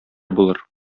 булыр